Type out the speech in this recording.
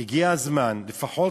הגיע הזמן, לפחות